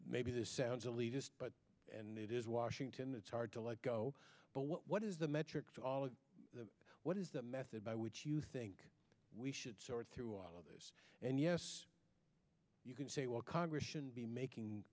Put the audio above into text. maybe this sounds elitist and it is washington that's hard to let go but what is the metric for all of the what is the method by which you think we should sort through all of this and yes you can say well congress shouldn't be making